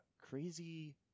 crazy